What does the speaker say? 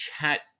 chat